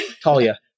Talia